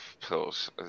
pills